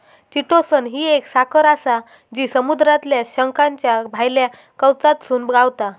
chitosan ही एक साखर आसा जी समुद्रातल्या शंखाच्या भायल्या कवचातसून गावता